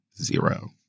zero